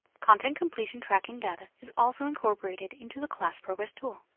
content completion tracking data is also incorporated into the class progress tool.